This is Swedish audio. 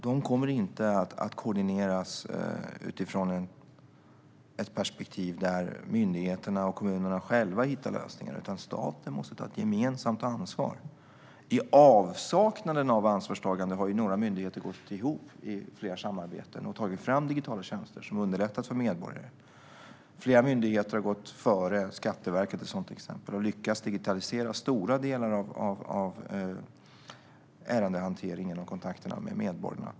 De kommer inte att koordineras utifrån ett perspektiv där myndigheterna och kommunerna själva hittar lösningar, utan staten måste ta ett gemensamt ansvar. I avsaknaden av ansvarstagande har några myndigheter gått ihop i flera samarbeten och tagit fram digitala tjänster som har underlättat för medborgare. Flera myndigheter har gått före - Skatteverket är ett sådant exempel - och lyckats digitalisera stora delar av ärendehanteringen och kontakterna med medborgarna.